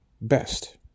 best